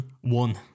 One